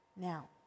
Now